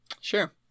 sure